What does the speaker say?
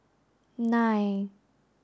nine